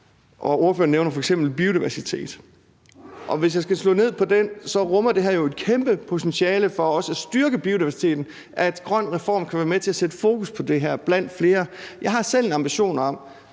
Ordføreren nævner f.eks. biodiversitet. Og hvis jeg skal slå ned på det, rummer det her jo et kæmpe potentiale for også at styrke biodiversiteten, at GrønREFORM kan være med til at sætte fokus på det her – blandt andet. Jeg har selv en ambition om,